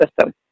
system